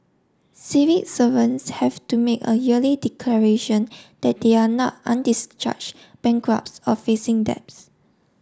civic servants have to make a yearly declaration that they are not undischarged bankrupts or facing debts